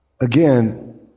again